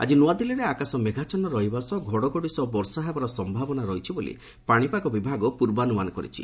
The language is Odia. ଆକି ନୂଆଦିଲ୍ଲୀରେ ଆକାଶ ମେଘାଚ୍ଚନ୍ନ ରହିବା ସହ ଘଡଘଡି ସହ ବର୍ଷା ହେବାର ସମ୍ଭାବନା ରହିଛି ବୋଲି ପାଣିପାଗ ବିଭାଗ ପୂର୍ବାନୁମାନ କରିଛି